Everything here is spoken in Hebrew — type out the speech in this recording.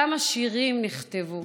כמה שירים נכתבו